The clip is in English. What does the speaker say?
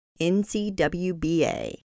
NCWBA